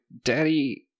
daddy